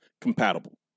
compatible